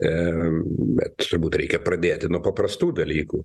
ir bet turbūt reikia pradėti nuo paprastų dalykų